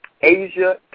Asia